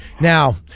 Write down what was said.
now